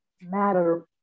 matter